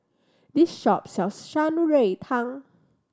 this shop sells Shan Rui Tang